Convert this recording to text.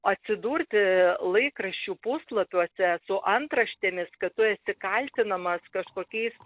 atsidurti laikraščių puslapiuose su antraštėmis kad tu esi kaltinamas kažkokiais